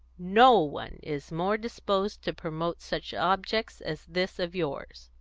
no one is more disposed to promote such objects as this of yours.